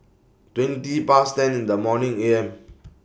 twenty Past ten in The morning A M